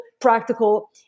practical